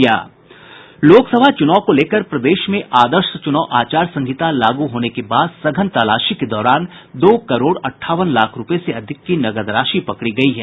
लोक सभा चुनाव को लेकर प्रदेश में आदर्श चुनाव आचार संहिता लागू होने के बाद सघन तलाशी के दौरान दो करोड अंठावन लाख रुपये से अधिक की नकद राशि पकड़ी गयी है